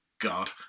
God